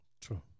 True